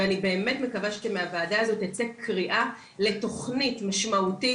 ואני באמת מקווה שמהוועדה הזאת תצא קריאה לתכנית משמעותית.